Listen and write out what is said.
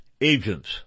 agents